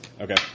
Okay